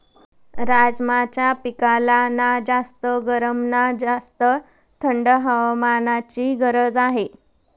राजमाच्या पिकाला ना जास्त गरम ना जास्त थंड हवामानाची गरज असते